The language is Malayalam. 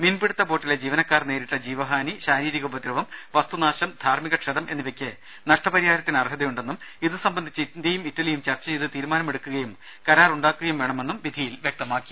മീൻപിടുത്ത ബോട്ടിലെ ജീവനക്കാർ നേരിട്ട ജീവഹാനി ശാരീരിക ഉപദ്രവം വസ്തു നാശം ധാർമിക ക്ഷതം എന്നിവയ്ക്ക് നഷ്ടപരിഹാരത്തിന് അർഹതയുണ്ടെന്നും ഇതു സംബന്ധിച്ച് ഇന്ത്യയും ഇറ്റലിയും ചർച്ചചെയ്ത് തീരുമാനമെടുക്കുകയും കരാർ ഉണ്ടാക്കുകയും വേണമെന്നും വിധിയിൽ വ്യക്തമാക്കി